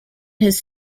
his